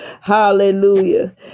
hallelujah